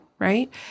right